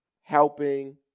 helping